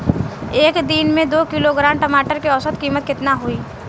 एक दिन में दो किलोग्राम टमाटर के औसत कीमत केतना होइ?